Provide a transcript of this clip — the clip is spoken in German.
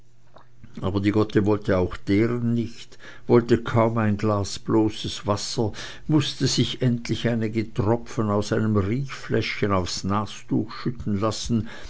aber die gotte wollte deren auch nicht wollte kaum ein glas bloßes wasser mußte sich endlich einige tropfen aus einem riechfläschchen aufs nastuch schütten lassen